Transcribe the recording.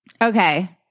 Okay